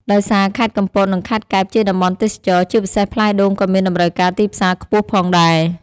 ដោយសារខេត្តកំពត និងខេត្តកែបជាតំបន់ទេសចរណ៍ ជាពិសេសផ្លែដូងក៏មានតម្រូវការទីផ្សារខ្ពស់ផងដែរ។